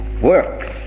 works